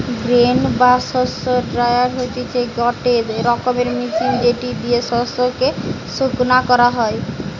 grain বা শস্য dryer হতিছে গটে রকমের মেশিন যেটি দিয়া শস্য কে শোকানো যাতিছে